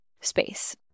space